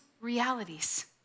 realities